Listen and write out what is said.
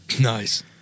Nice